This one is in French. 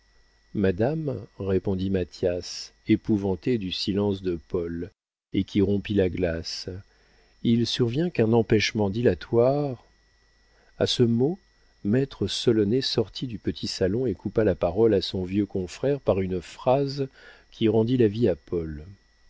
madame répondit mathias épouvanté du silence de paul et qui rompit la glace il survient un empêchement dilatoire a ce mot maître solonet sortit du petit salon et coupa la parole à son vieux confrère par une phrase qui rendit la vie à paul